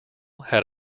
had